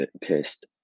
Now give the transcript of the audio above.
pissed